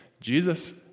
Jesus